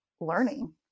learning